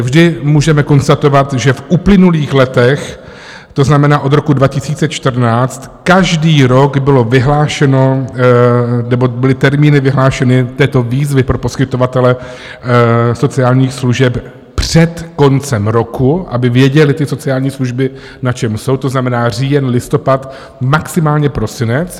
Vždy můžeme konstatovat, že v uplynulých letech, to znamená od roku 2014, každý rok bylo vyhlášeno nebo byly termíny vyhlášeny této výzvy pro poskytovatele služeb před koncem roku, aby věděly ty sociální služby, na čem jsou, to znamená říjen, listopad, maximálně prosinec.